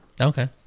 okay